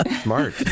smart